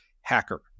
hacker